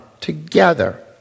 together